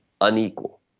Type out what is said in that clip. unequal